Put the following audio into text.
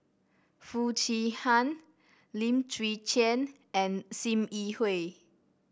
Foo Chee Han Lim Chwee Chian and Sim Yi Hui